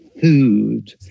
food